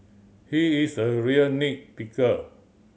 he is a real nit picker